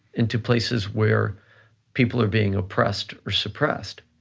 into places where people are being oppressed or suppressed.